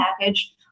package